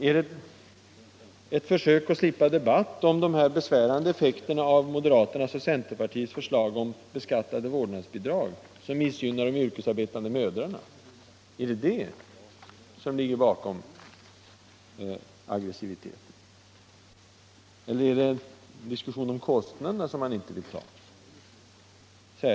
Är det ett försök att slippa debatt om de besvärande effekterna av moderaternas och centerpartiets förslag om beskattade vårdnadsbidrag, som missgynnar de yrkesarbetande mödrarna, som ligger bakom aggressiviteten? Eller är det en diskussion om kostnaderna som ni inte vill ta upp?